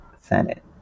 Senate